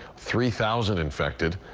three thousand infected.